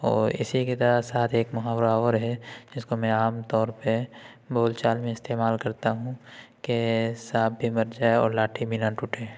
اور اسی کی طرح شاید ایک محاورہ اور ہے جس کو میں عام طور پہ بول چال میں استعمال کرتا ہوں کہ سانپ بھی مر جائے اور لاٹھی بھی نہ ٹوٹے